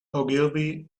ogilvy